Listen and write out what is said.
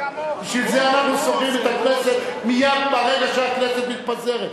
בגלל זה אנחנו סוגרים את הכנסת מייד ברגע שהכנסת מתפזרת.